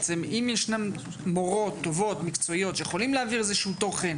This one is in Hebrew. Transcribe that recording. אם ישנן מורות טובות ומקצועיות שיכולות להעביר תוכן,